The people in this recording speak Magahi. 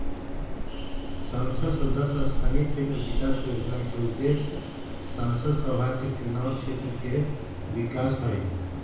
संसद सदस्य स्थानीय क्षेत्र विकास जोजना के उद्देश्य सांसद सभके चुनाव क्षेत्र के विकास हइ